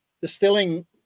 distilling